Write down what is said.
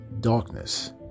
darkness